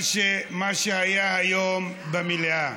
מה שהיה היום במליאה.